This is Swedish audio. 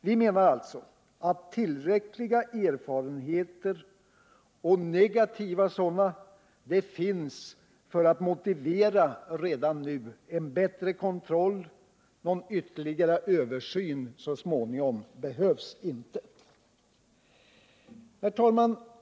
Vi menar alltså att tillräckliga erfarenheter — och negativa sådana — finns för att redan nu motivera en bättre kontroll. Någon ytterligare översyn så småningom behövs inte.